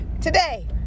today